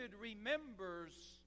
remembers